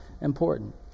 important